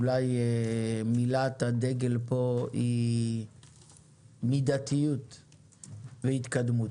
אולי מילת הדגל פה היא מידתיות והתקדמות.